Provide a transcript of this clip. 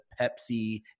Pepsi